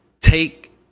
take